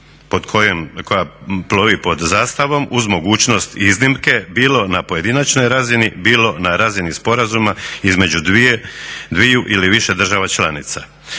pod kojom zastavom plovi uz mogućnost iznimke, bilo na pojedinačnoj razini, bilo na razini sporazuma između dviju ili više država članica.